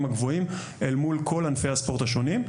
הגבוהים אל מול כל ענפי הספורט השונים.